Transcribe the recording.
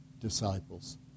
disciples